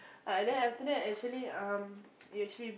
uh then after that actually um he actually